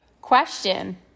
Question